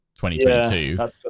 2022